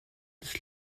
des